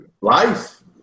Life